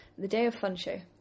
thedayoffunshow